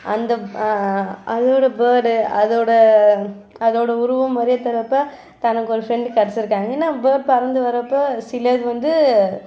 அந்த அதோடய பேர்டு அதோடய அதோடய உருவம் மாதிரியே தெரிகிறப்ப தனக்கு ஒரு ஃப்ரெண்ட்டு கிடச்சிருக்காங்கன்னு அப்போ பேர்ட் பறந்து வர்றப்போது சிலது வந்து